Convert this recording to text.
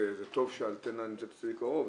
זה טוב שהאנטנה נמצאת אפילו קרוב,